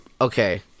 Okay